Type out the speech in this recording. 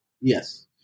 Yes